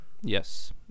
Yes